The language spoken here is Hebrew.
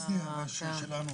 --- שלנו?